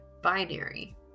binary